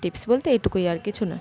tips বলতে এটুকুই আর কিছু না